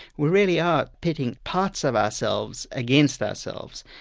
we really are pitting parts of ourselves against ourselves.